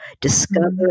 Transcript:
discover